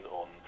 on